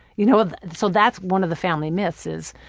you know ah so that's one of the family myths, is,